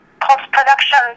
post-production